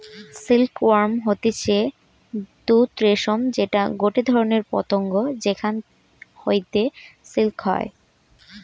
silk worm হতিছে তুত রেশম যেটা গটে ধরণের পতঙ্গ যেখান হইতে সিল্ক হয়